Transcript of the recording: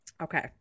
Okay